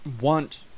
want